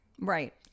Right